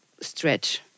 stretch